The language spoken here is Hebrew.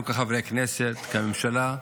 אנחנו כחברי כנסת, כממשלה,